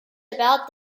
about